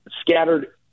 scattered